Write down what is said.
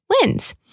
wins